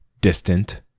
Distant